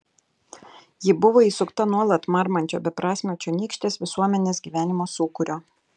ji buvo įsukta nuolat marmančio beprasmio čionykštės visuomenės gyvenimo sūkurio